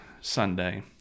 Sunday